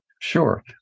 Sure